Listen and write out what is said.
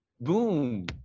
BOOM